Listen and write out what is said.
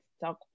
Talk